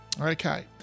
Okay